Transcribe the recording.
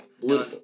Blue